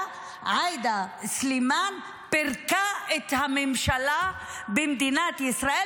עאידה סלימאן פירקה את הממשלה במדינת ישראל,